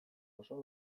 oso